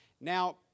Now